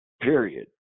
Period